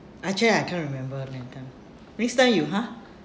actually I can't remember next time you !huh!